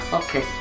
okay